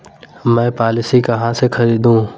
मैं पॉलिसी कहाँ से खरीदूं?